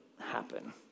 happen